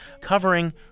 covering